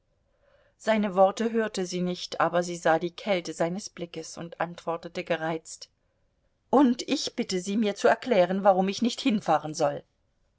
seine worte hörte sie nicht aber sie sah die kälte seines blickes und antwortete gereizt und ich bitte sie mir zu erklären warum ich nicht hinfahren soll